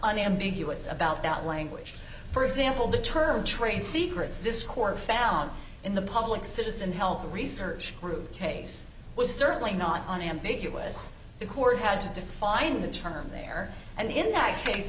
unambiguous about that language for example the term trade secrets this court found in the public citizen health research group case was certainly not unambiguous the court had to define the term there and in that case